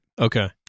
Okay